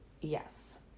Yes